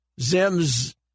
Zim's